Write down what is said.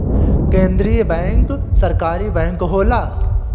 केंद्रीय बैंक सरकारी बैंक होला